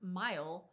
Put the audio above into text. mile